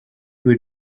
would